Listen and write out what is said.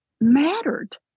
mattered